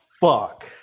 fuck